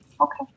Okay